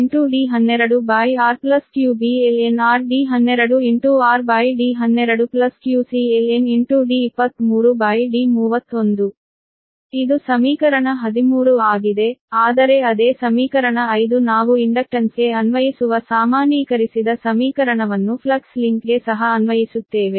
Vabi12π0qaln D12r qbln r D12rD12qcln D23D31 ಇದು ಸಮೀಕರಣ 13 ಆಗಿದೆ ಆದರೆ ಅದೇ ಸಮೀಕರಣ 5 ನಾವು ಇಂಡಕ್ಟನ್ಸ್ಗೆ ಅನ್ವಯಿಸುವ ಸಾಮಾನ್ಯೀಕರಿಸಿದ ಸಮೀಕರಣವನ್ನು ಫ್ಲಕ್ಸ್ ಲಿಂಕ್ಗೆ ಸಹ ಅನ್ವಯಿಸುತ್ತೇವೆ